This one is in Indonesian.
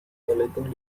belitung